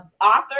author